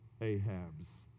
Ahab's